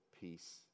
peace